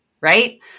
right